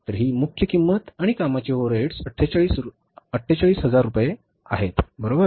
तर ही मुख्य किंमत आणि कामांचे ओव्हरहेड्स 48000 रुपये आहेत बरोबर